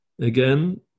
Again